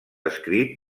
escrit